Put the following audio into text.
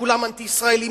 כולם אנטי-ישראלים,